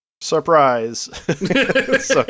surprise